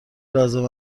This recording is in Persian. لازم